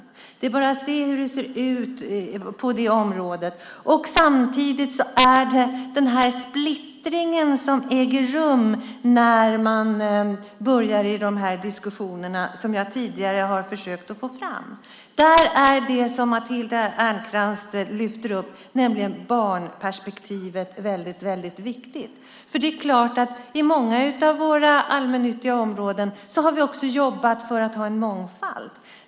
Det är bara att se hur det ser ut. Samtidigt blir det en splittring i de här diskussionerna, som jag har försökt föra fram tidigare. Där är det som Matilda Ernkrans lyfter fram, barnperspektivet, väldigt viktigt. I många av allmännyttans områden har vi jobbat för att få en mångfald.